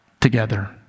together